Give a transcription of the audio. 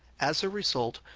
as a result,